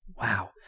wow